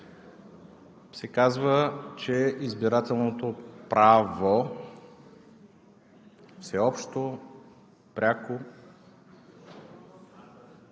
се казва, че избирателното право е всеобщо, пряко.